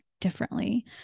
differently